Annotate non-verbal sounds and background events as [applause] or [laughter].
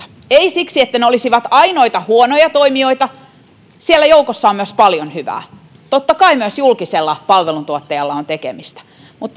ei siksi että ne olisivat ainoita huonoja toimijoita siellä joukossa on myös paljon hyvää ja totta kai myös julkisella palveluntuottajalla on tekemistä mutta [unintelligible]